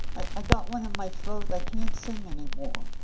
i got one on my throat, i can't sing anymore.